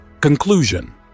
Conclusion